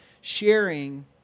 sharing